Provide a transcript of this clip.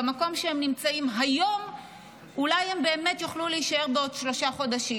שבמקום שהם נמצאים היום אולי הם באמת יוכלו להישאר בעוד שלושה חודשים.